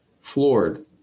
Floored